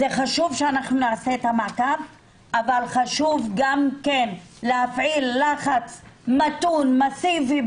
חשוב שנעשה את המעקב אבל גם חשוב להפעיל לחץ מתון מסיבי,